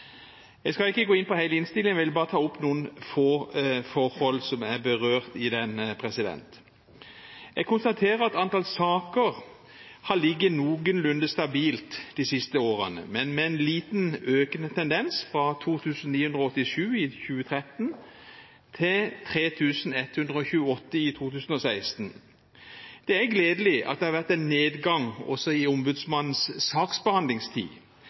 Jeg skal ikke gå inn på hele innstillingen, jeg vil bare ta opp noen få forhold som er berørt i den. Jeg konstaterer at antall saker har ligget noenlunde stabilt de siste fire årene, men med en liten, økende tendens, fra 2 987 i 2013 til 3 128 i 2016. Det er gledelig at det har vært en nedgang i ombudsmannens saksbehandlingstid.